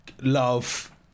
love